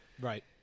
Right